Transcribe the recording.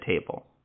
table